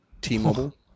T-Mobile